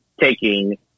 taking